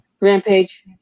Rampage